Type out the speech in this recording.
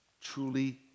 truly